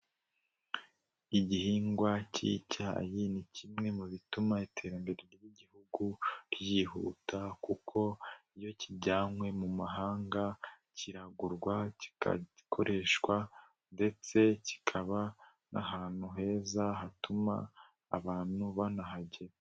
Igihingwa k'icyayi ni kimwe mu bituma iterambere ry'igihugu ryihuta kuko iyo kijyanywe mu mahanga kiragurwa kigakoreshwa ndetse kikaba n'ahantu heza hatuma abantu banahagera.